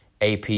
AP